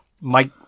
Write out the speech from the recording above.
Mike